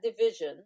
division